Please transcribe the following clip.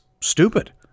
stupid